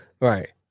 Right